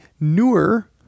newer